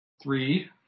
Three